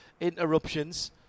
interruptions